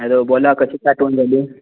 hello बोला कशीच आठवण झाली